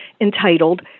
entitled